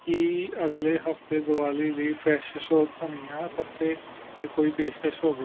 ਕੀ ਅਗਲੇ ਹਫ਼ਤੇ ਦੀਵਾਲੀ ਲਈ ਫਰੈਸ਼ਸ਼ੋ ਧਨੀਆ ਪੱਤੇ 'ਤੇ ਕੋਈ ਪੇਸ਼ਕਸ਼ ਹੋਵੇ